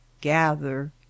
gather